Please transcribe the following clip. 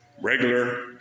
regular